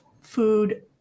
food